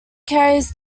carries